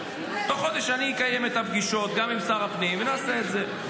תוך חודש אני אקיים את הפגישות גם עם שר הפנים ונעשה את זה.